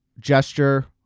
gesture